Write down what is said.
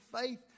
faith